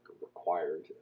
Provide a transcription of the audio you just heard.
required